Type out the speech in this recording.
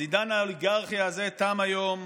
אז העידן האוליגרכי הזה תם היום.